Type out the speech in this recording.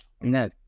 No